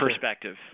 perspective